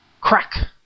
Crack